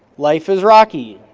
life is rocky,